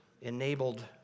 enabled